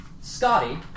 Scotty